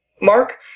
mark